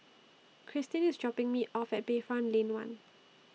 Krystin IS dropping Me off At Bayfront Lane one